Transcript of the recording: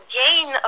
gain